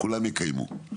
כולם יקיימו,